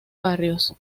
barrios